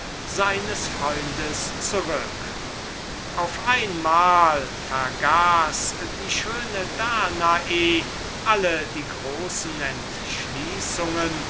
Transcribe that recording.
zurück auf einmal vergaß die schöne danae alle die großen